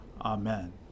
Amen